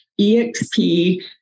EXP